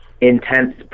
intense